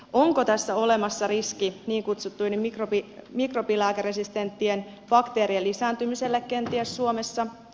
onko tässä olemassa riski niin kutsuttujen mikrobilääkeresistenttien bakteerien lisääntymiselle kenties suomessa